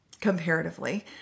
comparatively